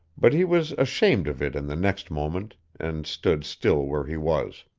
but he was ashamed of it in the next moment, and stood still where he was.